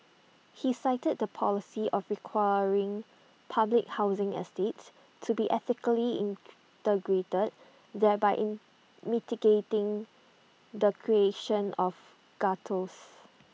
he cited the policy of requiring public housing estates to be ethnically integrated thereby in mitigating the creation of ghettos